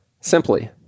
Simply